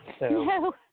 No